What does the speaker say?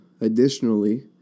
Additionally